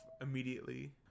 immediately